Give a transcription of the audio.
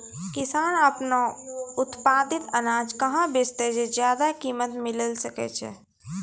किसान आपनो उत्पादित अनाज कहाँ बेचतै जे ज्यादा कीमत मिलैल सकै छै?